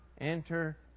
enter